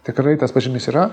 tikrai tas pažymys yra